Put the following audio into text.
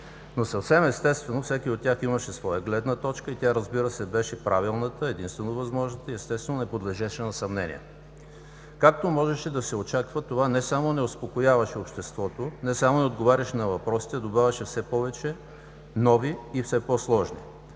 но съвсем естествено, всеки от тях имаше своя гледна точка и тя, разбира се, беше правилната, единствено възможната и естествено, не подлежеше на съмнение. Както можеше да се очаква, това не само не успокояваше обществото, не само не отгавяраше на въпросите, а добавяше все повече нови и все по-сложни.